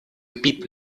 bieten